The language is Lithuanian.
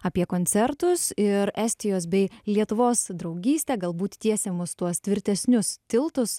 apie koncertus ir estijos bei lietuvos draugystę galbūt tiesiamus tuos tvirtesnius tiltus